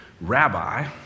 Rabbi